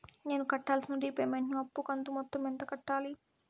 నేను కట్టాల్సిన రీపేమెంట్ ను అప్పు కంతు మొత్తం ఎంత కట్టాలి?